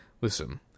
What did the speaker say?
Listen